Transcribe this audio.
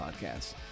Podcasts